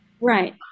Right